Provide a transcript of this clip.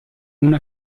una